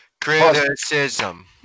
Criticism